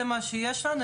זה מה שיש לנו,